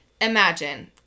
imagine